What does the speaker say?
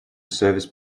service